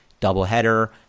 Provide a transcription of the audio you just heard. doubleheader